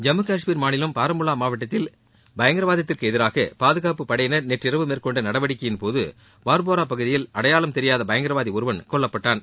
ஜம்மு காஷ்மீர் மாநிலம் பாராமுல்லா மாவட்டத்தில் பயங்கரவாதத்திற்கு எதிராக பாதுகாப்பு படையினர் நேற்றிரவு மேற்கொண்ட நடவடிக்கையின்போது வார்போரா பகுதியில் அடையாளம் தெரியாத இரண்டு பயங்கரவாதிகள் கொல்லப்பட்டனர்